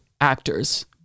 actors